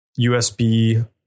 USB